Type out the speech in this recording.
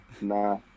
nah